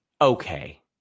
okay